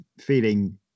feeling